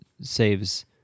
saves